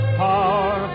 power